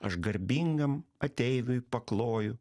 aš garbingam ateiviui pakloju